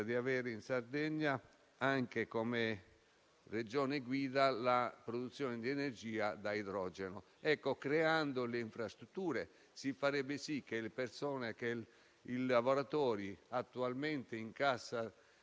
ho compreso che molti credono che questi soldi arrivino già dall'Europa, ma il percorso dei fantastiliardi dell'Europa non è che appena cominciato ed è difficile a oggi prevedere quando e se arriveranno i primi soldi. Per ora